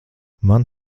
man